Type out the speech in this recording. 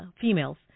females